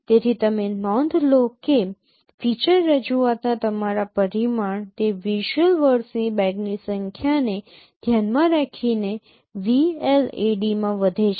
તેથી તમે નોંધ લો કે ફીચર રજૂઆતના તમારા પરિમાણ તે વિઝ્યુઅલ વર્ડસની બેગની સંખ્યાને ધ્યાનમાં રાખીને VLAD માં વધે છે